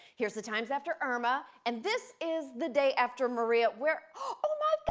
here's the times after irma. and this is the day after maria. where oh my but